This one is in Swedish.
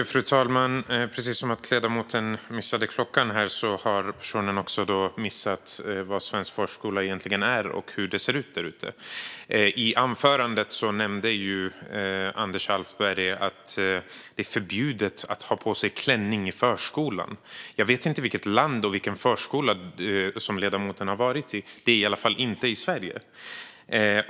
Fru talman! Ledamoten har missat vad svensk förskola egentligen är och hur det ser ut där ute. I sitt anförande nämnde Anders Alftberg att det är förbjudet att ha på sig klänning i förskolan. Jag vet inte vilket land och vilken förskola ledamoten har varit i; det är i alla fall inte i Sverige.